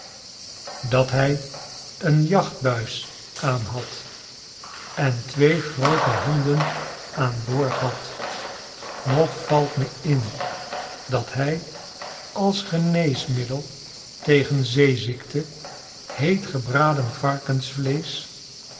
dat hij een jachtbuis aan had en twee groote honden aan boord had nog valt me in dat hij als geneesmiddel tegen zeeziekte heet gebraden varkensvleesch